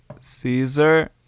Caesar